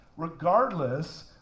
Regardless